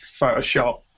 Photoshop